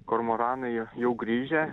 kormoranai jau grįžę